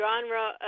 genre